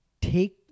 take